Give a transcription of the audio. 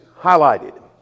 highlighted